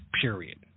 period